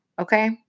Okay